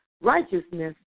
Righteousness